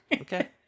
Okay